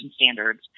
standards